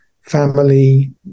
family